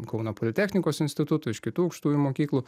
kauno politechnikos instituto iš kitų aukštųjų mokyklų